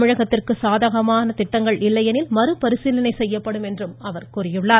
தமிழகத்திற்கு சாதகமாக திட்டங்கள் இல்லையெனில் மறுபரிசீலனை செய்யப்படும் என அவர் கூறினார்